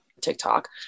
TikTok